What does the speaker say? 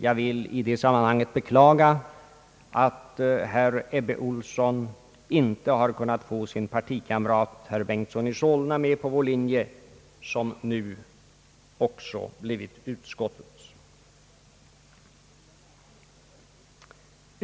Jag vill i detta sammanhang beklaga att herr Ebbe Ohlsson inte har kunnat få sin partikamrat herr Bengtson i Solna med på vår linje, som nu också blivit utskottets.